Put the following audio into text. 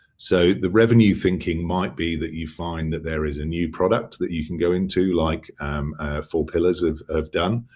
so, the revenue thinking might be that you find that there is a new product that you can go into like four pillars have done.